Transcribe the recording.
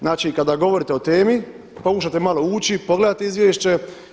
Znači, kada govorite o temi pokušate malo ući, pogledati izvješće.